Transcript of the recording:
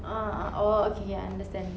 ah orh okay ya I understand